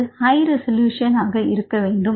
அது high resolution ஆக இருக்க வேண்டும்